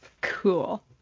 Cool